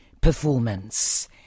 performance